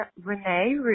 Renee